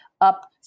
up